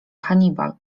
hannibal